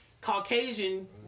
Caucasian